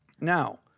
Now